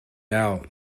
out